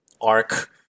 arc